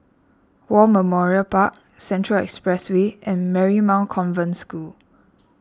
War Memorial Park Central Expressway and Marymount Convent School